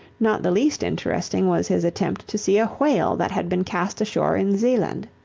not the least interesting was his attempt to see a whale that had been cast ashore in zealand.